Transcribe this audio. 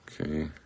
Okay